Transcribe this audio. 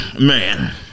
man